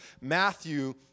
Matthew